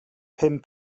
pum